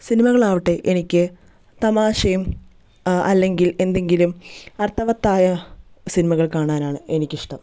സിനിമകളാകട്ടെ എനിക്ക് തമാശയും അല്ലെങ്കിൽ എന്തെങ്കിലും അർത്ഥവത്തായ സിനിമകൾ കാണാനാണ് എനിക്കിഷ്ടം